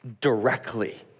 directly